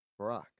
Barack